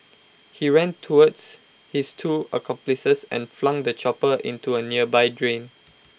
he ran towards his two accomplices and flung the chopper into A nearby drain